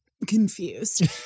Confused